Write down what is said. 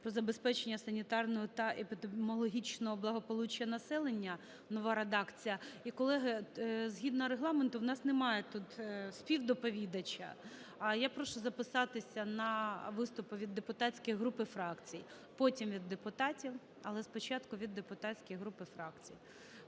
"Про забезпечення санітарного та епідемічного благополуччя населення" (нова редакція). І, колеги, згідно регламенту у нас немає тут співдоповідача. Я прошу записатися на виступи від депутатських груп і фракцій, потім – від депутатів. Але спочатку від депутатських груп і фракцій.